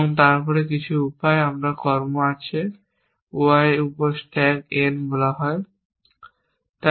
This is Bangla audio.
এবং তারপর কিছু উপায় আমরা কর্ম আছে y উপর স্ট্যাক n বলা যাক